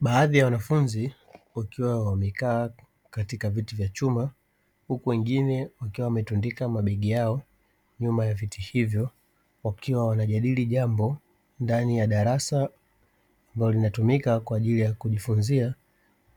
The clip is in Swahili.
Baadhi ya wanafunzi wakiwa wamekaa katika viti vya chuma huku wengine wakiwa wametundika mabegi yao nyuma ya viti hivyo, wakiwa wanajadili jambo ndani ya darasa ambalo linatumika kwa ajili ya kujifunzia